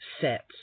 Sets